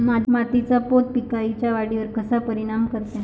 मातीचा पोत पिकाईच्या वाढीवर कसा परिनाम करते?